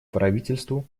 правительству